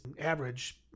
average